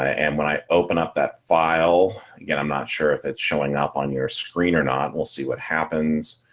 and when i open up that file. again, i'm not sure if it's showing up on your screen or not we'll see what happens.